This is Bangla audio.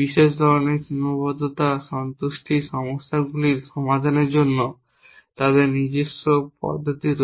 বিশেষ ধরণের সীমাবদ্ধতা সন্তুষ্টির সমস্যাগুলির সমাধানের জন্য তাদের নিজস্ব পদ্ধতি রয়েছে